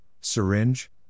syringe